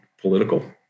political